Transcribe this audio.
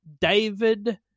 David